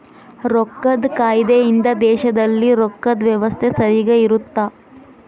ರೊಕ್ಕದ್ ಕಾಯ್ದೆ ಇಂದ ದೇಶದಲ್ಲಿ ರೊಕ್ಕದ್ ವ್ಯವಸ್ತೆ ಸರಿಗ ಇರುತ್ತ